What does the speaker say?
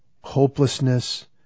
hopelessness